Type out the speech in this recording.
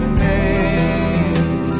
make